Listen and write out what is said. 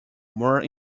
more